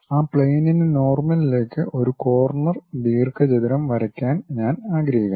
ആ പ്ലെയിനിന് നോർമലിലേക്ക് ഒരു കോർണർ ദീർഘചതുരം വരയ്ക്കാൻ ഞാൻ ആഗ്രഹിക്കുന്നു